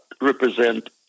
represent